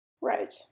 Right